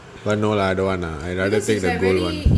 but no lah I don't want lah I rather take the blue one